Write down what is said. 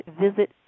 visit